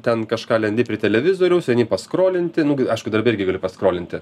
ten kažką lendi prie televizoriaus eini paskolinti nu aišku darbe irgi gali paskolinti